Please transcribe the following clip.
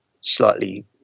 slightly